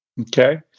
Okay